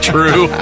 True